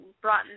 brought